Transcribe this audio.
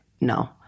no